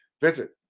Visit